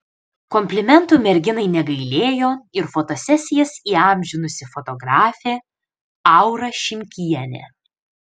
komplimentų merginai negailėjo ir fotosesijas įamžinusi fotografė aura šimkienė